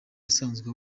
asanzwe